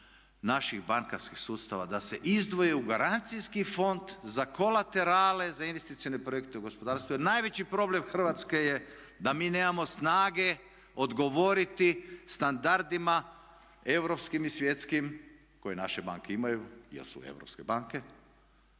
naših bankarskih sustava da se izdvoje u garancijski fond za kolaterale, za investicione projekte u gospodarstvu. Jer najveći problem Hrvatske je da mi nemamo snage odgovoriti standardima europskim i svjetskim koje naše banke imaju, jer su europske banke.